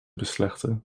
beslechten